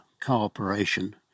cooperation